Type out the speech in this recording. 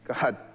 God